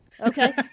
Okay